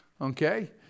Okay